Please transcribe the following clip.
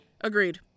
Agreed